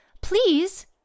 Please